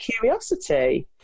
curiosity